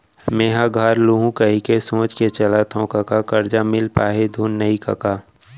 मेंहा घर लुहूं कहिके सोच के चलत हँव कका करजा मिल पाही धुन नइ कका